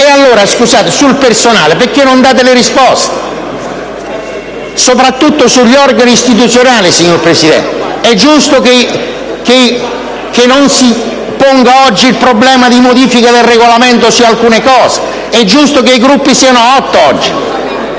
E allora, a proposito del personale, perché non date delle risposte? Soprattutto sugli organi istituzionali, signor Presidente. È giusto che non si ponga oggi il problema di modifica del Regolamento su alcuni argomenti? È giusto che i Gruppi siano 8, oggi?